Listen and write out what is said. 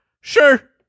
Sure